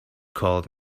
called